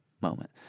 moment